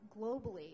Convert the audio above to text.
globally